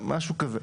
משהו כזה,